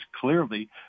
clearly